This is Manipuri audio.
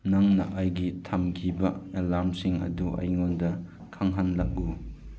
ꯅꯪꯅ ꯑꯩꯒꯤ ꯊꯝꯈꯤꯕ ꯑꯦꯂꯥꯝꯁꯤꯡ ꯑꯗꯨ ꯑꯩꯉꯣꯟꯗ ꯈꯪꯍꯜꯂꯛꯎ